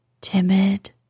timid